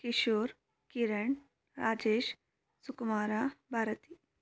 Kishore Kiran Rajesh Sukumara Bharati